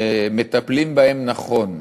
מטפלים בהם נכון,